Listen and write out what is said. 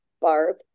Barb